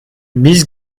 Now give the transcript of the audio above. miss